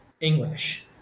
English